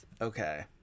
Okay